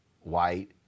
white